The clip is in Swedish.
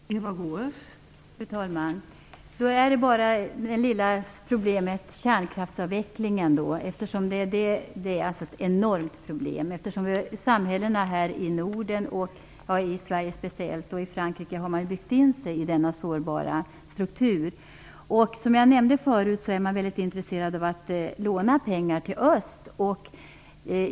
Fru talman! Då är det bara det "lilla" problemet kärnkraftsavvecklingen. Det är ett enormt problem. Här i Norden, speciellt i Sverige, och i Frankrike har man byggt in sig i denna sårbara struktur. Som jag nämnde förut är man i EU intresserad av att låna ut pengar till öst.